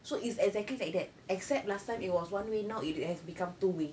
so it's exactly like that except last time it was one way now it has become two way